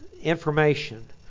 information